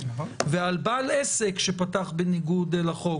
ועל בעל עסק שפתח בניגוד לחוק,